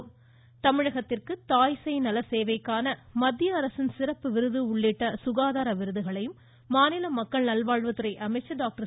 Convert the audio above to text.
மேலும் தமிழகத்திற்கு தாய் சேய் நல சேவைக்கான மத்திய அரசின் சிறப்பு விருது உள்ளிட்ட சுகாதார விருதுகளை மாநில மக்கள் நல்வாழ்வுத்துறை அமைச்சர் டாக்டர்